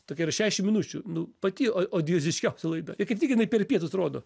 tokia yra šešiašim minučių nu pati o odioziškiausia laida ir kaip tik jinai per pietus rodo